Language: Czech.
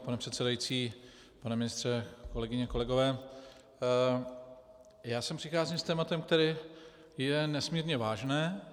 Pane předsedající, pane ministře, kolegyně a kolegové, já sem přicházím s tématem, které je nesmírně vážné.